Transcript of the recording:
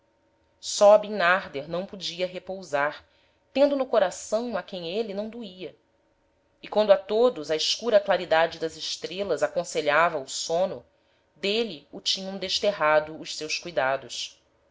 aprazia só bimnarder não podia repousar tendo no coração a quem êle não doía e quando a todos a escura claridade das estrelas aconselhava o sôno d'êle o tinham desterrado os seus cuidados